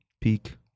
peak